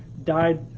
died